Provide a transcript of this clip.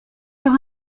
leur